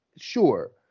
Sure